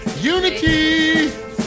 Unity